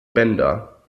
bänder